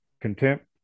contempt